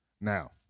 Now